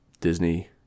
Disney